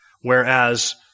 whereas